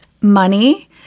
money